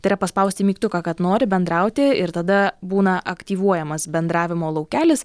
tai yra paspausti mygtuką kad nori bendrauti ir tada būna aktyvuojamas bendravimo laukelis